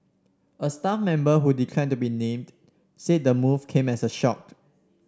a staff member who declined to be named said the move came as a shock